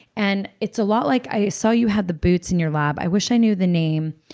and it's a lot like. i saw you had the boots in your lab. i wish i knew the name,